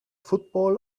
football